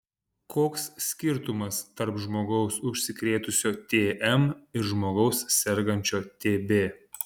koks skirtumas tarp žmogaus užsikrėtusio tm ir žmogaus sergančio tb